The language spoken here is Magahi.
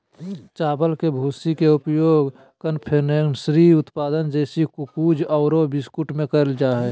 चावल के भूसी के उपयोग कन्फेक्शनरी उत्पाद जैसे कुकीज आरो बिस्कुट में कइल जा है